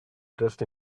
dressed